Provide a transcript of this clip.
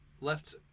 left